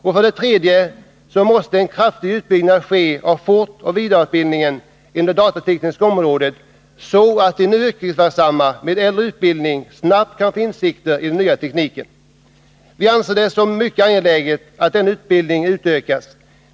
För det tredje måste en kraftig utbyggnad ske av fortoch vidareutbildningen inom det datatekniska området, så att de nu yrkesverksamma med äldre utbildning snabbt kan få insikter i den nya tekniken. Vi anser det mycket angeläget att denna utbildning utökas.